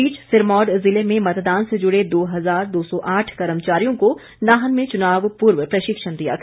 इस बीच सिरमौर जिले में मतदान से जुड़े दो हजार दो सौ आठ कर्मचारियों को नाहन में चुनाव पूर्व प्रशिक्षण दिया गया